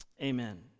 Amen